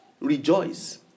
rejoice